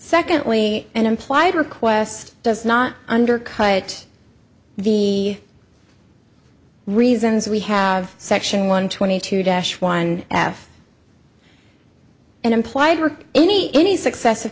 secondly an implied request does not undercut the reasons we have section one twenty two dash one f and implied work any any successive